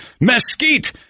mesquite